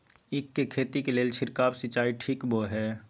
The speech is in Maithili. ईख के खेती के लेल छिरकाव सिंचाई ठीक बोय ह?